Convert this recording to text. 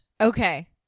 okay